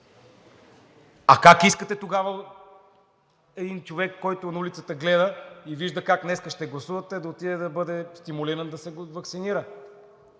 а как искате тогава един човек, който гледа на улицата и вижда как днес ще гласувате, да отиде, да бъде стимулиран да се ваксинира?